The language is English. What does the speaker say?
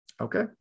Okay